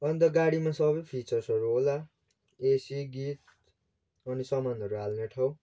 अन्त गाडीमा सबै फिचर्सहरू होला एसी गीत अनि सामानहरू हाल्ने ठाउँ